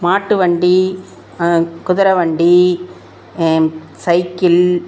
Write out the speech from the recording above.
மாட்டு வண்டி குதிர வண்டி சைக்கிள்